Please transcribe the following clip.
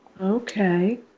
okay